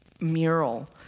mural